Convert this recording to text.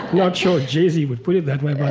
not sure jay-z would put it that way. but,